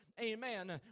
Amen